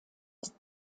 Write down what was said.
ist